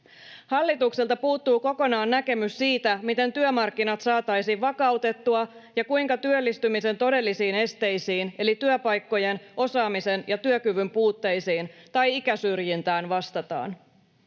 Hallitukselta puuttuu kokonaan näkemys siitä, miten työmarkkinat saataisiin vakautettua ja kuinka työllistymisen todellisiin esteisiin eli työpaikkojen osaamisen ja työkyvyn puutteisiin tai ikäsyrjintään vastataan.